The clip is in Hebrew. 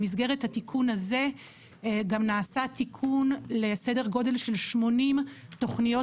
במסגרת התיקון הזה גם נעשה תיקון לסדר גודל של 80 תוכניות